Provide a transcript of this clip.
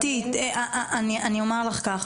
אני אומר לך כך,